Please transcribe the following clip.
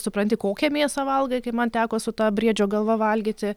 supranti kokią mėsą valgai kaip man teko su ta briedžio galva valgyti